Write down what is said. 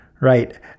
right